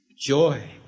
Joy